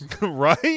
right